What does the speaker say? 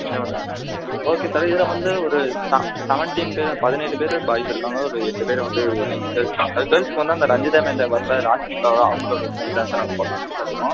நீங்களே வந்தால் okay sir இதில் வந்து ஒரு ச செவன்ட்டீன் பேர் பதினேழு பேர் பாய்ஸ் இருக்காங்க ஒரு எட்டு பேர் வந்து கேர்ள்ஸ் கேர்ள்சுக்கு வந்து அந்த ரஞ்சிதமேலவி வர ராஷ்மிக்கா அவங்களோட டிரஸ் தான் சார் நாங்கள் போடலான்னு இருக்கோம்